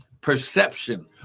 Perception